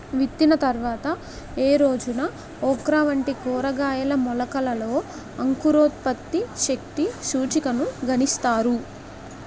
విత్తిన తర్వాత ఏ రోజున ఓక్రా వంటి కూరగాయల మొలకలలో అంకురోత్పత్తి శక్తి సూచికను గణిస్తారు?